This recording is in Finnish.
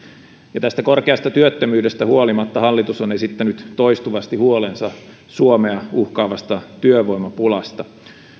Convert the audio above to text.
ja tästä korkeasta työttömyydestä huolimatta hallitus on esittänyt toistuvasti huolensa suomea uhkaavasta työvoimapulasta